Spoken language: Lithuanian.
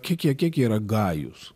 kiek jie kiek jie yra gajūs